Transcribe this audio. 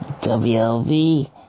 WLV